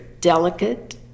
delicate